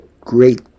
great